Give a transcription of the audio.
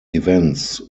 events